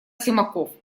симаков